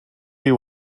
you